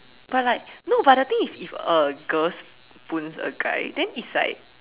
but like no but the thing is if a girl spoons a guy then it's like